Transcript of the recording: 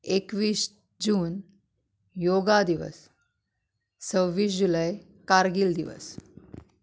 एकवीस जून योगा दिवस सव्वीस जुलय कार्गील दिवस